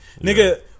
Nigga